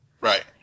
Right